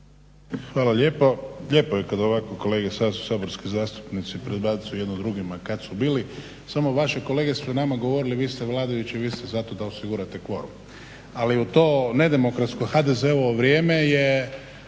Hvala lijepo. Lijepo je ovako kada kolega saborski zastupnici predbacuju jedni drugima kada su bili, samo vaši kolege su nama govorili vi ste vladajući vi ste zato da osigurate kvorum. Ali u to nedemokratsko HDZ-ovo vrijeme je